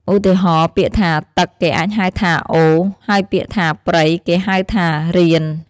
ឧទាហរណ៍ ពាក្យថា "ទឹក" គេអាចហៅថា "អូរ" ហើយពាក្យថា "ព្រៃ" គេហៅថា "រៀន"។